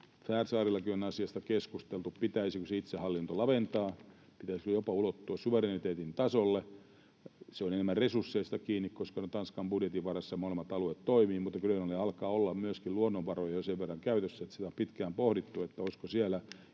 Färsaarillakin on asiasta keskusteltu, siitä, pitäisikö itsehallintoa laventaa, pitäisikö sen ulottua jopa suvereniteetin tasolle. Se on enemmän resursseista kiinni, koska Tanskan budjetin varassa molemmat alueet toimivat. Grönlannilla alkaa olla myöskin luonnonvaroja jo sen verran käytössä, että sitä on pitkään pohdittu, olisiko siellä